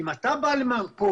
אם אתה בא למרכול,